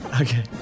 Okay